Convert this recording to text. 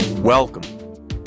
Welcome